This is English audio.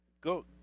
go